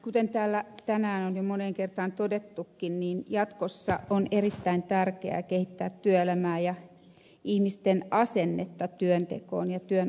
kuten täällä tänään on jo moneen kertaan todettukin jatkossa on erittäin tärkeää kehittää työelämää ja ihmisten asennetta työn tekoon ja työn antamiseen